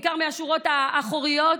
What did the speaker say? בעיקר מהשורות האחוריות,